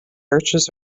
arches